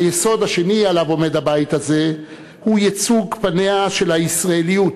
היסוד השני שעליו עומד הבית הזה הוא ייצוג פניה של הישראליות